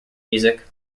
music